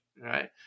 right